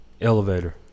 elevator